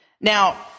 Now